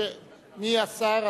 מי השר?